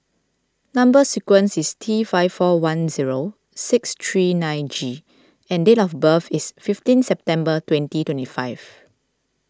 Number Sequence is T five four one zero six three nine G and date of birth is fifteen September twenty twenty five